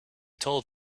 told